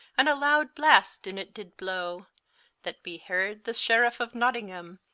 and a loud blast in it did blow that beheard the sheriffe of nottingham,